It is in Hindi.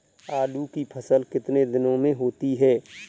आलू की फसल कितने दिनों में होती है?